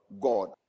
God